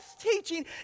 teaching